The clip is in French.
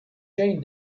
jane